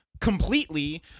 completely